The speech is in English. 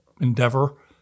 endeavor